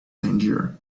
tangier